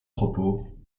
propos